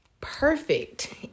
perfect